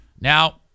Now